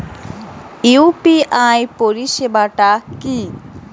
UPI পরিসেবাটা কি?